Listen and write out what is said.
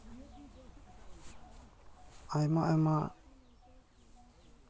ᱟᱭᱢᱟ ᱟᱭᱢᱟ